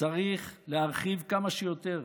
צריך להרחיב כמה שיותר,